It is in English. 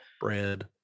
bread